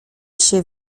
się